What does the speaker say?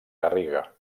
garriga